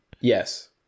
Yes